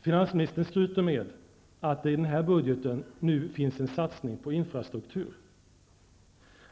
Finansministern skryter med att det i den här budgeten finns en satsning på infrastruktur.